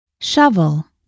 Shovel